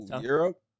Europe